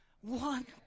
one